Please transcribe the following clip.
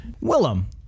Willem